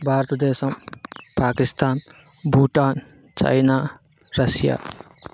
Bharatadesam Pakistan Bhutan China Russia